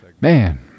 man